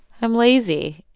i'm lazy.